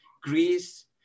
Greece